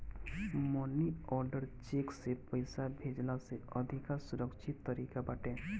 मनी order cheque से पईसा भेजला से अधिका सुरक्षित तरीका बाटे